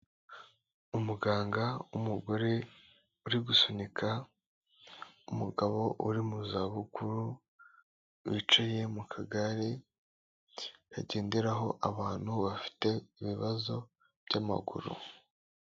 Umuganga w'umugore uri gusunika umugabo uri mu za bukuru wicaye mu kagare, hagenderaho abantu bafite ibibazo by'amaguru,